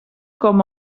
com